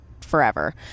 forever